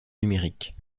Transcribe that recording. numérique